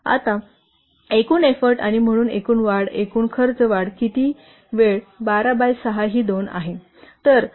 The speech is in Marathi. आताएकूण एफ्फोर्ट आणि म्हणून एकूण वाढ एकूण खर्च वाढ किती वेळ 12 बाय 6 हि 2 आहे